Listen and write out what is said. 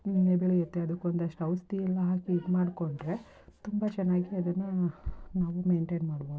ಬೆಳೆಯುತ್ತೆ ಅದಕೊಂದಷ್ಟು ಔಷಧಿಯೆಲ್ಲ ಹಾಕಿ ಇದು ಮಾಡಿಕೊಂಡ್ರೆ ತುಂಬ ಚೆನ್ನಾಗಿ ಅದನ್ನು ನಾವು ಮೇನ್ಟೇನ್ ಮಾಡ್ಬೋದು